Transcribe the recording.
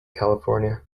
california